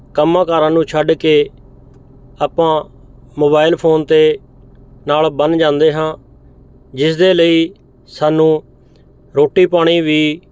ਕੰਮਾਂ ਕਾਰਾਂ ਨੂੰ ਛੱਡ ਕੇ ਆਪਾਂ ਮੋਬਾਇਲ ਫ਼ੋਨ 'ਤੇ ਨਾਲ ਬੰਨ ਜਾਂਦੇ ਹਾਂ ਜਿਸਦੇ ਲਈ ਸਾਨੂੰ ਰੋਟੀ ਪਾਣੀ ਵੀ